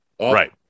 Right